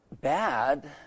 bad